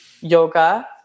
yoga